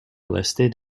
listed